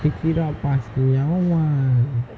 pick it up pass me I want one